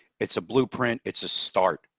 it's a blueprint, it's a start.